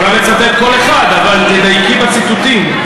את יכולה לצטט כל אחד, אבל תדייקי בציטוטים.